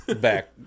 back